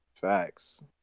Facts